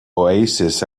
oasis